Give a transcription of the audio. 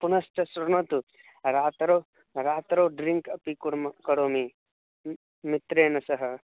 पुनश्च शृणोतु रात्रौ रात्रौ ड्रिङ्क् अपि कुर्मः करोमि मित्रेण सह